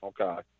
Okay